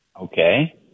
Okay